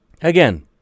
Again